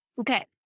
Okay